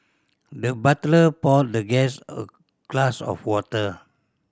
the butler poured the guest a glass of water